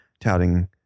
touting